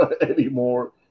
anymore